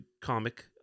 comic